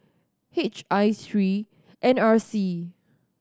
H I three N R C